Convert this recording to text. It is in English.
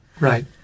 Right